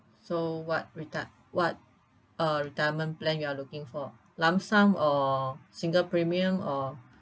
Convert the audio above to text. so what reti~ what uh retirement plan you are looking for lump sum or single premium or